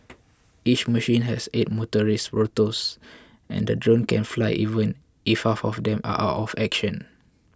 each machine has eight motorised rotors and the drone can fly even if half of them are out of action